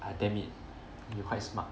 ah damn it you quite smart